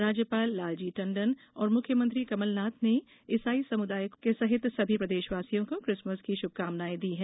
राज्यपाल लालजी टॅडन और मुख्यमंत्री कैमलनाथ ने इसाई समुदाय सहित सभी प्रदेशवासियों को क्रिसमस की शुभकामनायें दी हैं